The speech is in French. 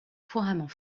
couramment